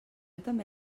també